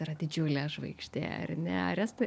yra didžiulė žvaigždė ar ne ar estai